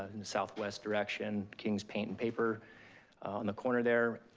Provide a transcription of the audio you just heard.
in a southwest direction, king's paint and paper on the corner there,